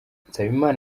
nsabimana